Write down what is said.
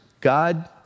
God